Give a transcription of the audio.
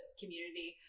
community